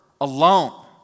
alone